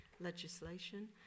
legislation